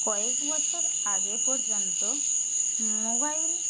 কয়েক বছর আগে পর্যন্ত মোবাইল